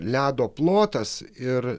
ledo plotas ir